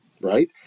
right